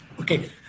Okay